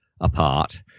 apart